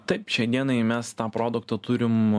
taip šiai dienai mes tą produktą turim